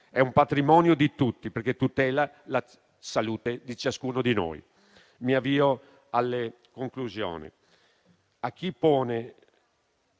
è un patrimonio di tutti, perché tutela la salute di ciascuno di noi. Mi avvio alle conclusioni. A chi pone